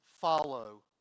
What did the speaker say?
Follow